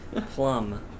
plum